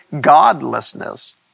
godlessness